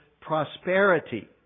prosperity